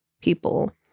people